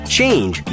Change